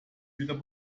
wieder